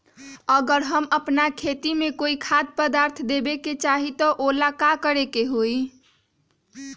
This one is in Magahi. अगर हम अपना खेती में कोइ खाद्य पदार्थ देबे के चाही त वो ला का करे के होई?